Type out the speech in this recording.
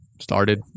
Started